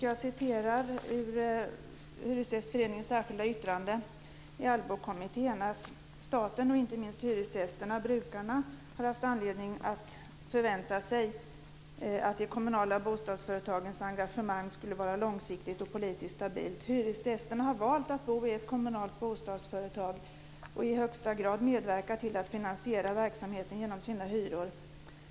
Jag läser ur Hyresgästföreningens särskilda yttrande till Allbokommittén att staten och inte minst hyresgästerna-brukarna har haft anledning att förvänta sig att de kommunala bostadsföretagens engagemang skulle vara långsiktigt och politiskt stabilt. Hyresgästerna har valt att bo i ett kommunalt bostadsföretag och i högsta grad medverkat till att finansiera verksamheten genom sina hyror.